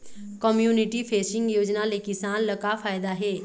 Community fencing योजना ले किसान ल का फायदा हे?